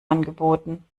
angeboten